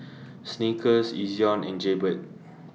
Snickers Ezion and Jaybird